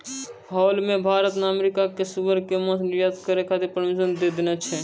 हाल मॅ भारत न अमेरिका कॅ सूअर के मांस निर्यात करै के परमिशन दै देने छै